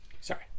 Sorry